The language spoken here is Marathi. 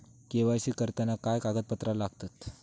के.वाय.सी करताना काय कागदपत्रा लागतत?